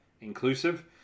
inclusive